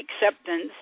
acceptance